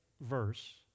verse